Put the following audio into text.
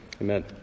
Amen